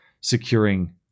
securing